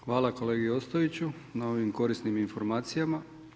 Hvala kolegi Ostojiću na ovim korisnim informacijama.